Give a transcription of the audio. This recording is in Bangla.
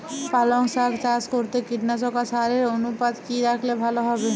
পালং শাক চাষ করতে কীটনাশক আর সারের অনুপাত কি রাখলে ভালো হবে?